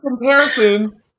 comparison